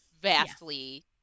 vastly